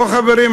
חברים,